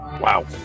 wow